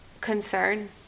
concern